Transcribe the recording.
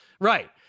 right